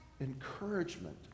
encouragement